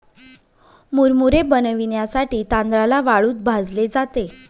मुरमुरे बनविण्यासाठी तांदळाला वाळूत भाजले जाते